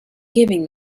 giving